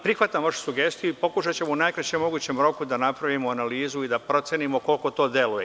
Prihvatam vašu sugestiju i pokušaćemo u najkraćem roku da napravimo analizu i da procenimo koliko to deluje.